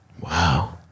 Wow